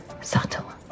subtle